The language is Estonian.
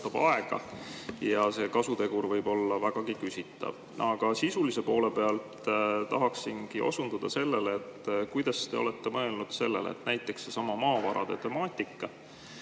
ja see kasutegur võib olla vägagi küsitav. Sisulise poole pealt tahaksingi osundada sellele. Kas te olete mõelnud sellele, et võtame näiteks sellesama maavarade temaatika,